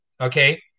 Okay